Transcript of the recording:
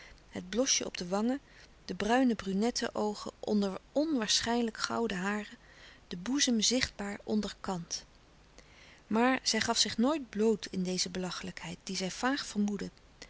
het blosje op de wangen de bruine brunette oogen onder onwaarschijnlijk gouden haren de boezem zichtbaar onder kant maar zij gaf zich nooit bloot in deze belachelijkheid die zij vaag vermoedde